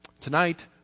tonight